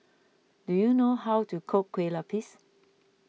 do you know how to cook Kueh Lupis